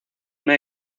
una